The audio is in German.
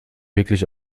wirklich